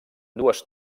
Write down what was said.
dues